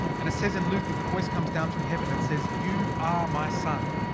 and it says in luke that the voice comes down from heaven and says you are my son.